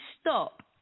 stop